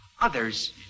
others